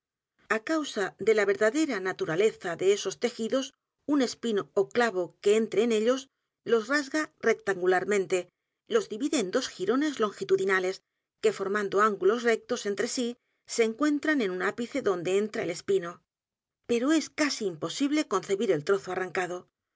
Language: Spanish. a causa de la verdadera n a t u r a leza de esos tejidos un espino ó clavo que entre en ellos los r a s g a rectangularmente los divide en dos jirones longitudinales que formando ángulos rectos entre sí se encuentran en un ápice donde entra el e s pino pero es casi imposible concebir el trozo a